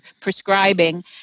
prescribing